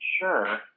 Sure